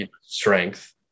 Strength